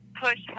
push